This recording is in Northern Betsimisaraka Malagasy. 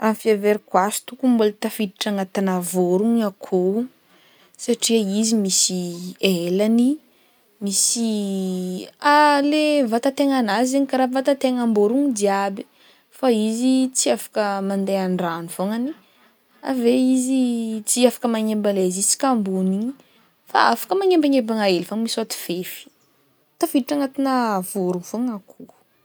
Fiheverako azy tokony mbola tafiditry agnatina vorogno akôho satria izy misy elany, misy ah- le vatan-tegnan'azy zegny karaha vatantegnam-borogno, jiaby fô izy tsy afaka mandeha an-dragno fognany, ave izy tsy afaka magnembagny jusk'ambony igny fa afaka magnembagnembana hely foagno misaoty fefy, tafiditry agnatina vorogno fô akoho.